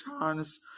chance